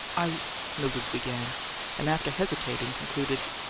i mildred began and, after hesitating, concluded,